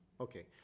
Okay